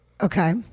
Okay